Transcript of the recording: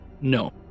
No